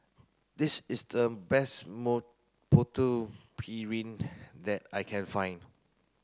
this is the best Putu Piring that I can find